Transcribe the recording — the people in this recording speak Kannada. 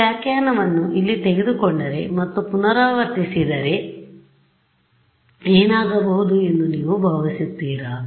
ಈ ವ್ಯಾಖ್ಯಾನವನ್ನು ಇಲ್ಲಿ ತೆಗೆದುಕೊಂಡರೆ ಮತ್ತು ಪುನರಾವರ್ತಿಸಿದರೆ ಏನಾಗಬಹುದು ಎಂದು ನೀವು ಭಾವಿಸುತ್ತೀರಾ